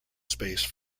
space